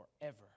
forever